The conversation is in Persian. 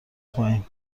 پایین